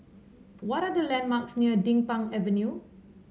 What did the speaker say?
what are the landmarks near Din Pang Avenue